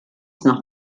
nach